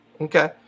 Okay